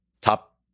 top